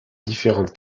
différentes